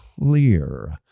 clear